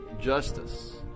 justice